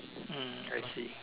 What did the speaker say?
hmm I see